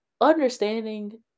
understanding